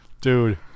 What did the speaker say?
dude